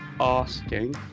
asking